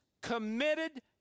committed